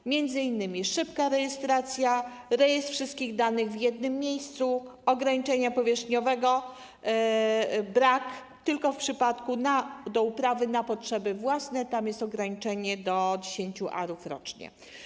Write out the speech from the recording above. To m.in. szybka rejestracja, rejestr wszystkich danych w jednym miejscu, brak ograniczenia powierzchniowego; tylko w przypadku uprawy na potrzeby własne jest ograniczenie do 10 a rocznie.